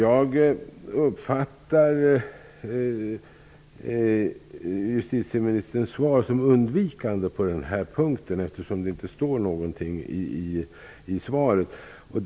Jag uppfattar justitieministerns svar på den här punkten som undvikande, eftersom det inte står någonting om detta.